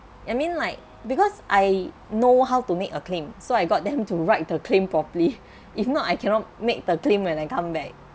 I mean like because I know how to make a claim so I got them to write the claim properly if not I cannot make the claim when I come back